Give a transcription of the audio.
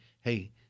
Hey